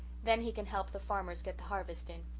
then he can help the farmers get the harvest in.